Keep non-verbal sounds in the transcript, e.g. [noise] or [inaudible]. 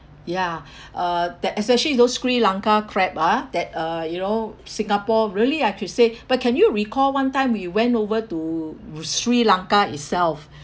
ya [breath] uh that especially those sri lanka crab ah that uh you know singapore really I could say but can you recall one time we went over to sri lanka itself